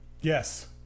Yes